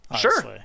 sure